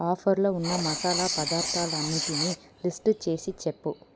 ఆఫర్లో ఉన్న మసాలా పదార్థాలు అన్నింటిని లిస్ట్ చేసి చెప్పు